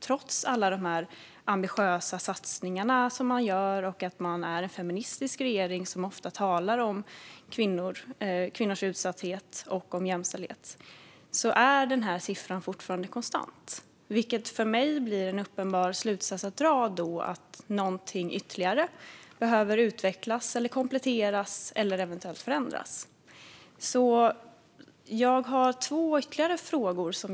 Trots alla ambitiösa satsningar och trots att den feministiska regeringen ofta talar om kvinnors utsatthet och om jämställdhet är siffran konstant. För mig blir då den uppenbara slutsatsen att något behöver utvecklas, kompletteras eller förändras ytterligare.